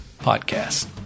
Podcast